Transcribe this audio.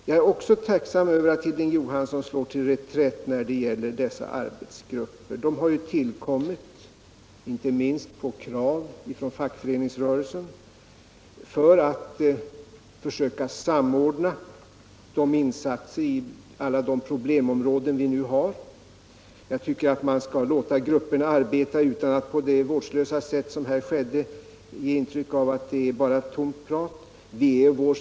Jag är också tacksam över att Hilding Johansson slår till reträtt när det gäller arbetsgrupperna. De har tillkommit, inte minst efter krav från fackföreningsrörelsen, för att försöka samordna insatserna på alla de problemområden vi nu har. Jag tycker man skall låta grupperna arbeta utan att på det vårdslösa sätt som här skedde ge intryck av att de bara kommer med tomt prat.